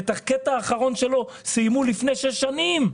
סיימו את הקטע האחרון שלו לפני שש שנים.